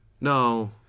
No